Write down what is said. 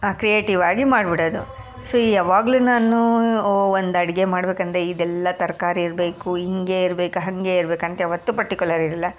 ಆ ಕ್ರಿಯೇಟಿವ್ ಆಗಿ ಮಾಡಿಬಿಡೋದು ಸೊ ಯಾವಾಗಲೂ ನಾನು ಒಂದು ಅಡುಗೆ ಮಾಡಬೇಕಂದ್ರೆ ಇದೆಲ್ಲ ತರಕಾರಿ ಇರಬೇಕು ಹಿಂಗೇ ಇರಬೇಕು ಹಾಗೇ ಇರಬೇಕು ಅಂತ ಯಾವತ್ತೂ ಪರ್ಟಿಕ್ಯುಲರ್ ಇರೋಲ್ಲ